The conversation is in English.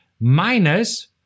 minus